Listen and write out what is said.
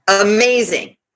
amazing